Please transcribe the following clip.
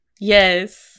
Yes